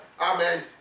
Amen